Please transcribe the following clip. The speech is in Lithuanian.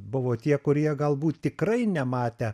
buvo tie kurie galbūt tikrai nematę